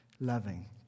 loving